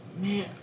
Man